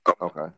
Okay